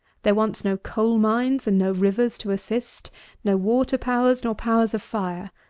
there wants no coal mines and no rivers to assist no water-powers nor powers of fire.